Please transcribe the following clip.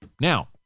Now